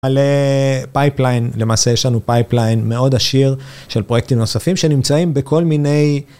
אבל פייפליין, למעשה יש לנו פייפליין מאוד עשיר של פרויקטים נוספים שנמצאים בכל מיני.